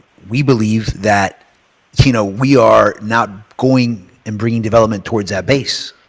we believe that you know we are not going and bringing development toward that base.